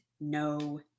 no